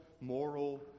moral